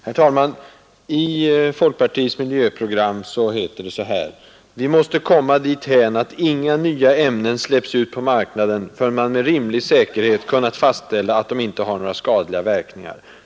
Herr talman! I folkpartiets miljöprogram heter det: ”Vi måste komma dithän att inga nya ämnen släpps ut på marknaden förrän man med rimlig säkerhet kunnat fastställa att de inte har några skadliga verkningar.